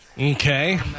Okay